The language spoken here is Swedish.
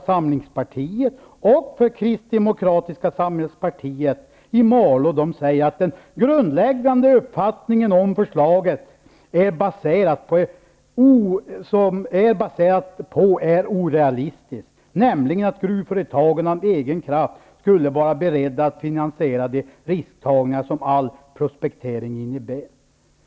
Samlingspartiet som för Kristdemokratiska samhällspartiet i Malå säger att den grundläggande uppfattning som förslaget är baserat på är orealistisk, nämligen att gruvföretagen av egen kraft skulle vara beredda att finansiera det risktagande som all prospektering innebär.